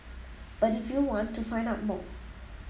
but if you want to find out more